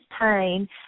pain